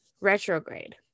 retrograde